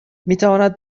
میتواند